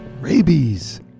rabies